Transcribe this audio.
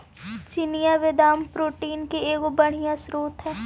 चिनिआबेदाम protein के एगो बढ़ियाँ स्रोत हई